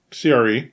CRE